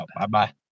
Bye-bye